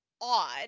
odd